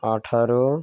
আঠেরো